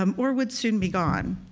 um or would soon be gone.